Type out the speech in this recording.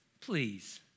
please